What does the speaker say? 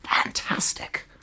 fantastic